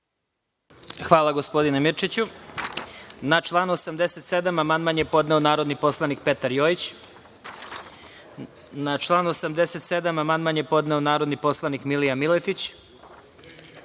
Hvala, gospodine Mirčiću. Na član 87. amandman je podneo narodni poslanik Petar Jojić. Na član 87. amandman je podneo narodni poslanik Milija Miletić. Na